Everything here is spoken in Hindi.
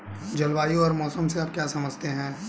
जलवायु और मौसम से आप क्या समझते हैं?